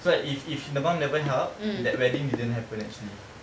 so like if if the mum never help that wedding didn't happen actually